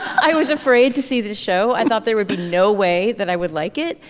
i was afraid to see the show. i thought there would be no way that i would like it.